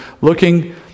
looking